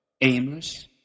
aimless